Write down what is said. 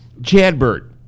Chadbert